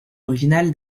original